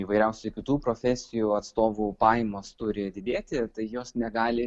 įvairiausių kitų profesijų atstovų pajamos turi didėti tai jos negali